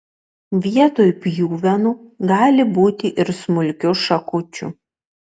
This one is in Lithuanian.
vietoj pjuvenų gali būti ir smulkių šakučių